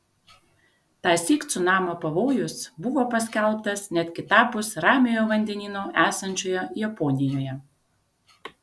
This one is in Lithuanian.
tąsyk cunamio pavojus buvo paskelbtas net kitapus ramiojo vandenyno esančioje japonijoje